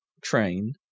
train